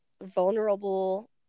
vulnerable